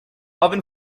oven